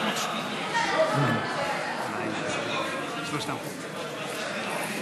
פטור מוסדות מהיטל השבחה),